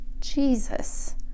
jesus